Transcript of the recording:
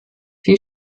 viel